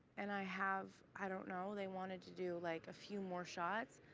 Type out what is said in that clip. and i have i don't know. they wanted to do, like, a few more shots.